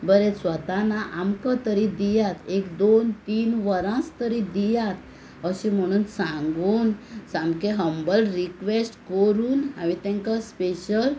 बरें स्वता ना आमकां तरी दियात एक दोन तीन वरांच तरी दियात अशें म्हुणून सांगून सामकें हंबल रिक्वॅश्ट करून हांवें तांकां स्पेशल